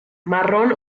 marrón